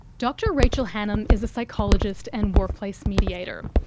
dr rachel hannam is a psychologist and workplace mediator.